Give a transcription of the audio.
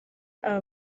aba